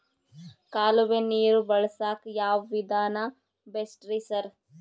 ಕಾಲುವೆ ನೀರು ಬಳಸಕ್ಕ್ ಯಾವ್ ವಿಧಾನ ಬೆಸ್ಟ್ ರಿ ಸರ್?